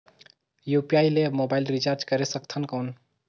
UPI ले mobile recharge करे सकथन कौन?